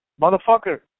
motherfucker